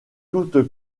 toute